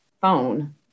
phone